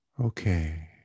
okay